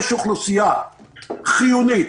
יש אוכלוסייה חיונית